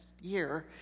year